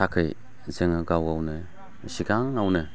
थाखै जों गावगावनो सिगाङावनो